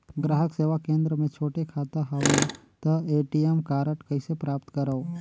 ग्राहक सेवा केंद्र मे छोटे खाता हवय त ए.टी.एम कारड कइसे प्राप्त करव?